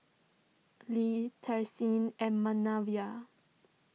Le therese and Manervia